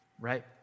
Right